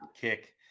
kick